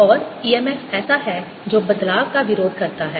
और EMF ऐसा है जो बदलाव का विरोध करता है